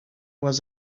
was